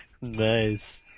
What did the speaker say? Nice